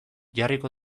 jarriko